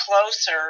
closer